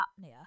apnea